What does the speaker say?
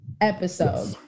episode